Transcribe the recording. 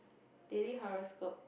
daily horoscope